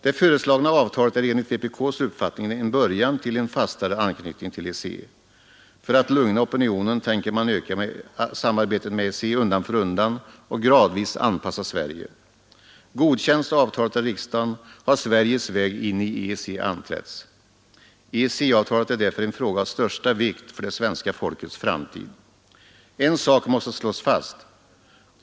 Det föreslagna avtalet är enligt vpk:s uppfattning en början till en fastare anknytning till EEC. För att lugna opinionen tänker man öka samarbetet med EEC undan för undäån och gradvis anpassa Sverige. Godkänns avtalet av riksdagen har Sveriges väg in i EEC anträtts. EEC-avtalet är därför en fråga av största vikt för det svenska folkets framtid. En sak måste slås fast.